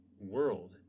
world